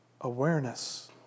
awareness